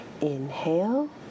Inhale